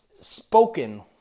spoken